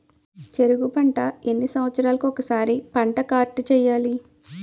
చెరుకు పంట ఎన్ని సంవత్సరాలకి ఒక్కసారి పంట కార్డ్ చెయ్యాలి?